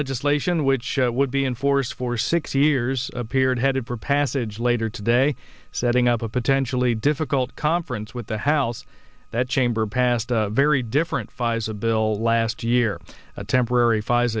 legislation which would be enforced for six years appeared headed for passage later today setting up a potentially difficult conference with the house that chamber passed a very different phase a bill last year a temporary fi